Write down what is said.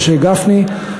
משה גפני,